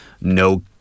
no